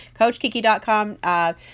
coachkiki.com